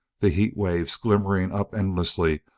the heat waves, glimmering up endlessly,